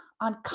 on